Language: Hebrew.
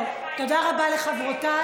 טוב, תודה רבה לחברותיי.